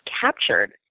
captured